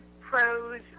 pros